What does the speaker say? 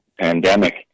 pandemic